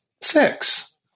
Six